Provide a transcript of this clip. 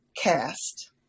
Cast